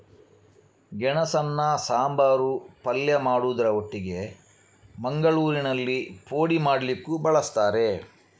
ಗೆಣಸನ್ನ ಸಾಂಬಾರು, ಪಲ್ಯ ಮಾಡುದ್ರ ಒಟ್ಟಿಗೆ ಮಂಗಳೂರಿನಲ್ಲಿ ಪೋಡಿ ಮಾಡ್ಲಿಕ್ಕೂ ಬಳಸ್ತಾರೆ